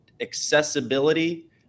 accessibility